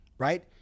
right